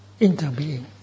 interbeing